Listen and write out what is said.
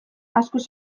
askoz